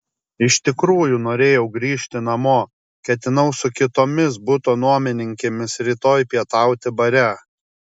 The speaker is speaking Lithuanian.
iš tikrųjų norėjau grįžti namo ketinau su kitomis buto nuomininkėmis rytoj pietauti bare